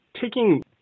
taking